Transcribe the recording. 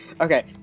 Okay